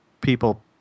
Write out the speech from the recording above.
people